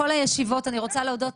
כן.